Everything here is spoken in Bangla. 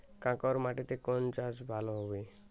কাঁকর মাটিতে কোন চাষ ভালো হবে?